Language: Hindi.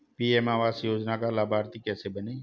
पी.एम आवास योजना का लाभर्ती कैसे बनें?